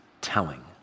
telling